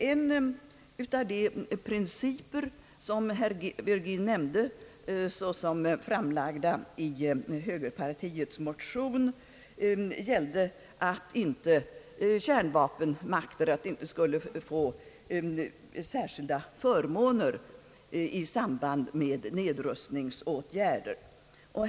En av de principer som herr Virgin nämnde såsom framlagda i högerpartiets motion gällde att kärnvapenmakterna inte skulle få särskilda förmåner i samband med nedrustningsåtgärder.